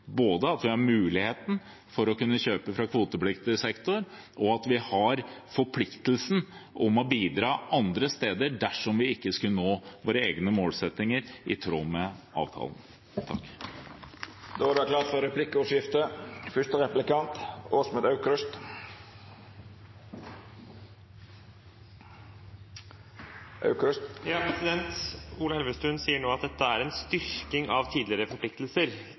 både at vi har mulighet til å kunne kjøpe fra kvotepliktig sektor, og at vi har forpliktelsen til å bidra andre steder dersom vi ikke skulle nå våre egne målsettinger i tråd med avtalen. Det vert replikkordskifte. Ola Elvestuen sier at dette er en styrking av tidligere forpliktelser.